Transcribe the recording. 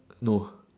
no